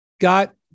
got